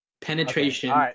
Penetration